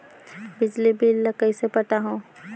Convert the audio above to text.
बिजली बिल ल कइसे पटाहूं?